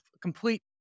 complete